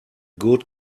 good